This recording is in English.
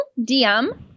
DM